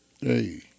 Hey